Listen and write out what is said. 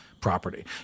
property